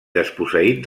desposseït